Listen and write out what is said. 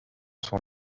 sont